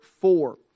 four